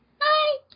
Hi